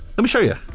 let me show you.